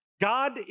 God